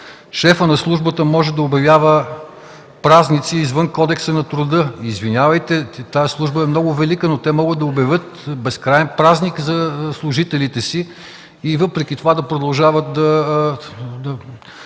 шефът на службата може да обявява празници извън Кодекса на труда. Извинявайте, тази служба е много велика, но те могат да обявят безкраен празник за служителите си и да продължават да